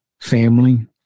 family